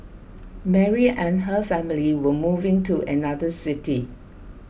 Mary and her family were moving to another city